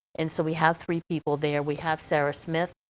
and so we have three people there. we have sarah smith,